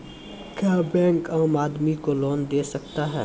क्या बैंक आम आदमी को लोन दे सकता हैं?